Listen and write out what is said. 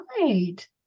right